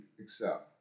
accept